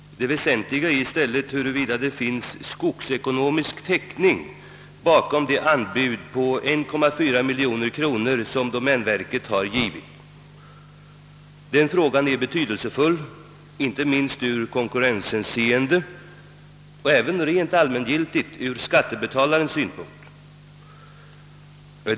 Det väsentliga är i stället huruvida det finns skogsekonomisk täckning bakom det anbud på 1,4 miljon kronor som domänverket har givit. Den frågan är betydelsefull inte minst i konkurrenshänseende och även rent allmänekonomiskt ur skattebetalarnas synpunkt.